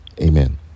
Amen